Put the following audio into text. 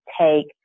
take